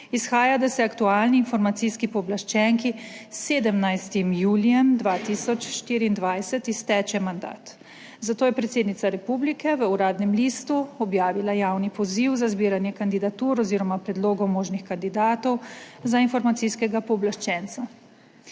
izhaja, da se aktualni informacijski pooblaščenki s 17. julijem 2024 izteče mandat. Zato je predsednica republike v Uradnem listu objavila javni poziv za zbiranje kandidatur oziroma predlogov možnih kandidatov za informacijskega pooblaščenca.